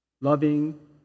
loving